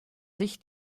sich